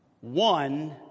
one